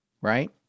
right